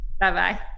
Bye-bye